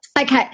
okay